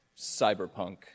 cyberpunk